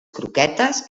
croquetes